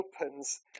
opens